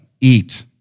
eat